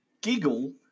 giggle